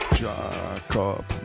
jacob